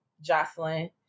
Jocelyn